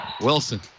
Wilson